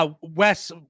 Wes